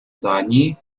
дании